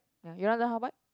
ya you want learn how bike